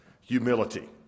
humility